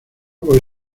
puede